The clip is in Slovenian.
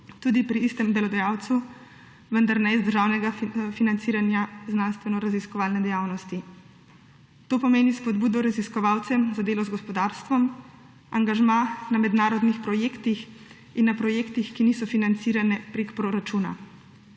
tudi pri istem delodajalcu, vendar ne iz državnega financiranj znanstvenoraziskovalne dejavnosti. To pomeni spodbudo raziskovalcem za delo z gospodarstvom, angažma na mednarodnih projektih in na projektih, ki niso financirani prek proračuna.